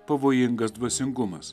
pavojingas dvasingumas